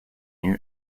new